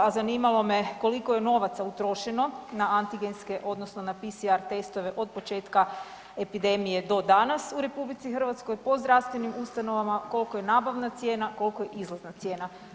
A zanimalo me koliko je novaca utrošeno na antigenske odnosno na PCR testove od početka epidemije do danas u Republici Hrvatskoj po zdravstvenim ustanovama, koliko je nabavna cijena, koliko je izlazna cijena.